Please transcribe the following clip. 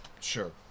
Sure